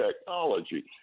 technology